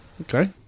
okay